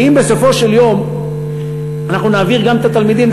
כי אם בסופו של יום אנחנו נעביר גם את התלמידים,